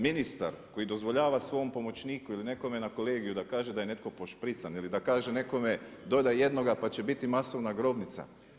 Ministar koji dozvoljava svom pomoćniku ili nekome na kolegiju da kaže da je netko pošprican ili da kaže nekome dodaj jednoga pa će biti masovna grobnica.